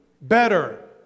better